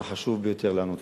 והחשוב ביותר לנו.